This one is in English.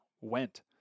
went